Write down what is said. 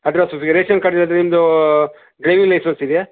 address ration card ಇಲ್ಲಂದರೆ ನಿಮ್ಮದು driving licence ಇದೆಯಾ